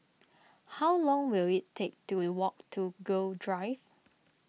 how long will it take to we walk to Gul Drive